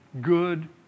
good